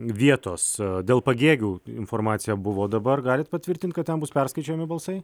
vietos dėl pagėgių informacija buvo dabar galit patvirtint kad ten bus perskaičiuojami balsai